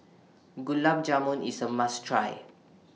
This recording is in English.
Gulab Jamun IS A must Try